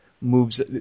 Moves